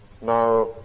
now